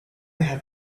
have